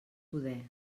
poder